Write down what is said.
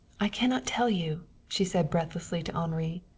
i cannot tell you, she said breathlessly to henri.